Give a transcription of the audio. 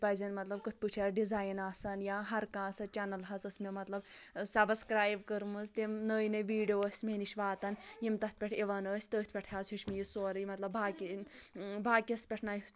پزؠن مطلب کِتھ پٲٹھۍ چھِ آسہِ ڈِزایِن آسان یا ہر کانٛہہ سۄ چَنل حظ ٲس مےٚ مطلب سَبسَکرایِب کٔرمٕژ تِم نٔے نٔے ویٖڈیو ٲسۍ مےٚ نِش واتان یِم تتھ پؠٹھ یِوان ٲسۍ تٔتھۍ پؠٹھ حظ ہِیوٚچھ مےٚ یہِ سورُے مطلب باقی باقیس پؠٹھ نہ